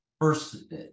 First